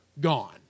gone